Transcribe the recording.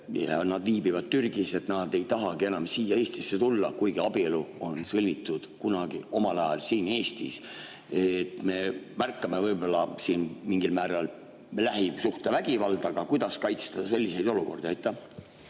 nad viibivad Türgis ja nad ei tahagi enam siia Eestisse tulla, kuigi abielu on sõlmitud kunagi omal ajal siin Eestis? Me märkame võib-olla siin mingil määral lähisuhtevägivalda, aga kuidas kaitsta [inimesi] sellises olukorras?